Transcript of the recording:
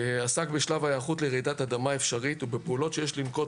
עסק בשלב ההיערכות לרעידת אדמה אפשרית ובפעולות שיש לנקוט